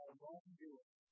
wrongdoing